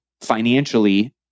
financially